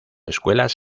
escuelas